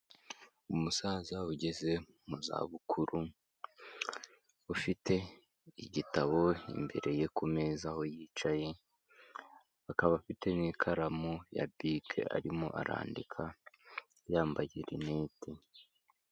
Umusaza ugeze mu zabukuru ufite igitabo imbere ye ku meza aho yicaye, akaba afite n'itkaramu ya bike arimo arandika yambaye rinete.